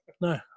No